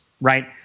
right